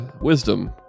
Wisdom